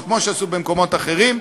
או כמו שעשו במקומות אחרים,